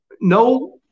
no